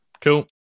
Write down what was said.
cool